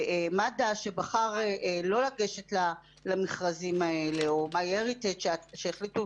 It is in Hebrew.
ומד"א שבחר לא לגשת למכרזים האלה או MyHeritage שהחליטו